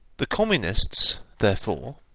the communists, therefore,